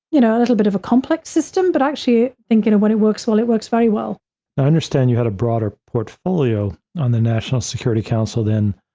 you know, a little bit of a complex system, but actually thinking of when it works, well, it works very well. i understand you had a broader portfolio on the national security council then,